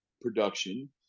production